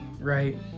Right